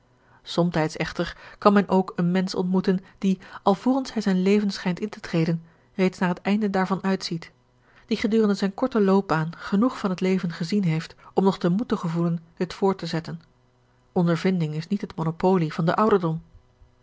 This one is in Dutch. somtijds echter kan men ook een mensch ontmoeten die alvorens hij zijn leven schijnt in te treden reeds naar het einde daarvan uitziet die gedurende zijne korte loopbaan genoeg van het leven gezien heeft om nog den moed te gevoelen dit voort te zetten ondervinding is niet het monopolie van den ouderdom